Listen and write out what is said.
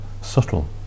subtle